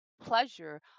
pleasure